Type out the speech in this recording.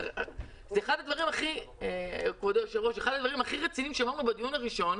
אחד הדברים הכי רציניים שאמרנו בדיון הראשון,